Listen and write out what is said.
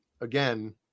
again